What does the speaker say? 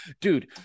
dude